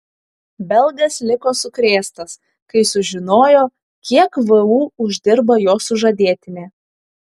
belgas liko sukrėstas kai sužinojo kiek vu uždirba jo sužadėtinė